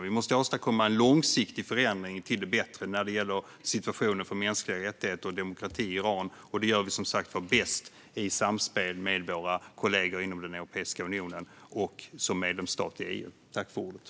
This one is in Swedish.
Vi måste åstadkomma en långsiktig förändring till det bättre när det gäller situationen för mänskliga rättigheter och demokrati i Iran. Och det gör vi som sagt var bäst i samspel med våra kollegor inom Europeiska unionen och som medlemsstat i EU.